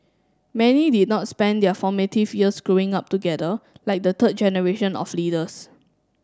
many did not spend their formative years growing up together like the third generation of leaders